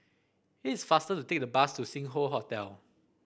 it's faster to take the bus to Sing Hoe Hotel